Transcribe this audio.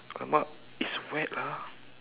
!alamak! it's wet lah